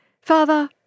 father